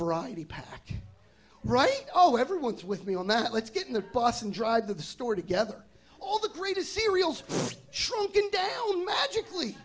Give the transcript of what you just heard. variety pack right oh everyone's with me on that let's get in the bus and drive to the store together all the greatest cereals shaken down magically